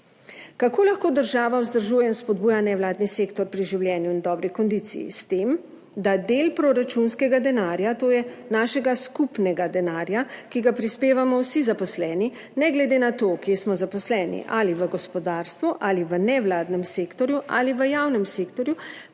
Kako lahko država vzdržuje in spodbuja nevladni sektor pri življenju in dobri kondiciji? S tem, da del proračunskega denarja, to je našega skupnega denarja, ki ga prispevamo vsi zaposleni, ne glede na to, kje smo zaposleni, ali v gospodarstvu ali v nevladnem sektorju ali v javnem sektorju,